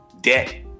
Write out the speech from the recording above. debt